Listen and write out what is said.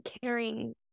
caring